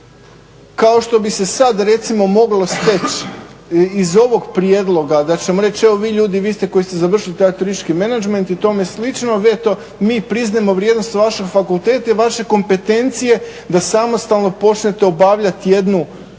Kao što bi se sad recimo moglo steći iz ovog prijedloga da ćemo reći evo vi ljudi vi ste koji ste završili taj turistički menadžment i tome slično, mi priznajemo vrijednost vašeg fakulteta i vaše kompetencije da samostalno počnete obavljat jednu zahtjevnu